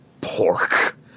pork